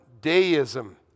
deism